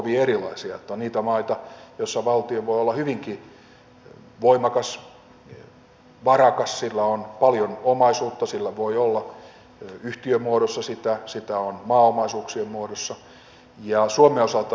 on niitä maita joissa valtio voi olla hyvinkin voimakas varakas sillä on paljon omaisuutta sillä voi olla yhtiömuodossa sitä sitä on maaomaisuuksien muodossa